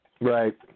Right